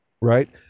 right